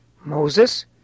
Moses